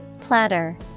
Platter